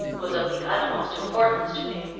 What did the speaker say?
was of the utmost importance to me.